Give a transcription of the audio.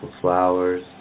flowers